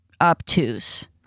obtuse